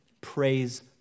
Praise